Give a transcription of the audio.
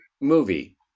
movie